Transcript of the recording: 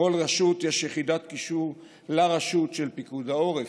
לכל רשות יש יחידת קישור לרשות של פיקוד העורף,